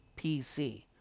PC